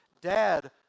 Dad